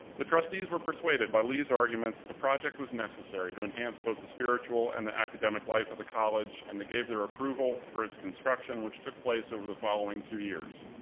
the trustees were persuaded by lee's argument that the project was necessary to enhance both the spiritual and the academic life of the college, and they gave their approval for its construction, which took place over the following two years.